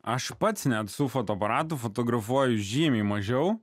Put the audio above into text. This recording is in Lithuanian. aš pats net su fotoaparatu fotografuoju žymiai mažiau